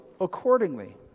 accordingly